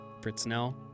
Fritznell